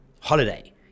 holiday